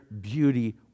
beauty